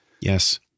Yes